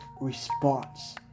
response